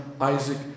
Isaac